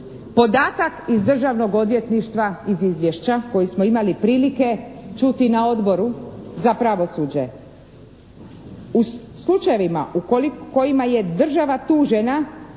Podatak iz Državnog odvjetništva iz izvješća koji smo imali prilike čuti na Odboru za pravosuđe. U slučajevima u kojima je država tužena